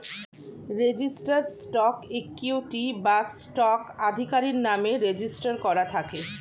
registered stock equity বা stock আধিকারির নামে রেজিস্টার করা থাকে